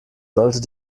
sollte